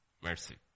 Mercy